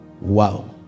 Wow